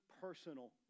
personal